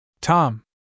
Tom